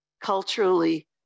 culturally